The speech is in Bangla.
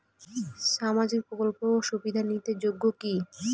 সামাজিক প্রকল্প সুবিধা নিতে যোগ্যতা কি?